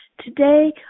Today